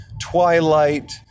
twilight